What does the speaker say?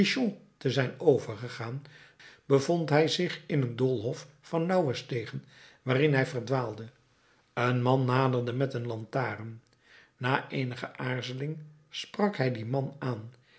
te zijn overgegaan bevond hij zich in een doolhof van nauwe stegen waarin hij verdwaalde een man naderde met een lantaarn na eenige aarzeling sprak hij dien man aan